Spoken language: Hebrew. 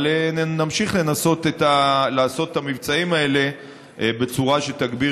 אבל נמשיך לנסות לעשות את המבצעים האלה בצורה שתגביר